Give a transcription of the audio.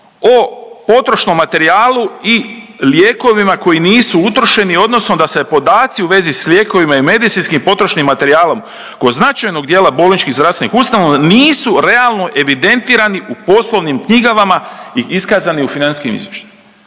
o potrošnom materijalu i lijekovima koji nisu utrošeni odnosno da se podaci u vezi s lijekovima i medicinskim potrošnim materijalom kod značajnog djela bolničkih zdravstvenih ustanova nisu realno evidentirani u poslovnim knjigama i iskazani u financijskim izvještajima.